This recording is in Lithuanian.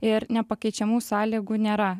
ir nepakeičiamų sąlygų nėra